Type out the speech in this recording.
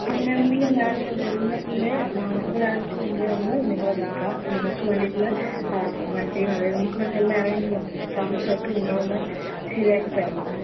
അങ്ങനെ ആണെങ്കിൽ ഞാൻ വരുന്നതിൻ്റെ ഒരാഴ്ച മുമ്പേയൊന്ന് നിങ്ങളെ വിളിക്കാം അപ്പം നമുക്ക് വേണ്ടിയിട്ടുള്ള വണ്ടിയും അതായത് നമുക്ക് വേണ്ടി എല്ലാ അറേഞ്ച്മെന്റ്സും താമസമൊക്കെ നിങ്ങളൊന്ന് ശരിയാക്കി തരണം